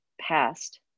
past